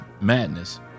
madness